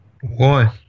One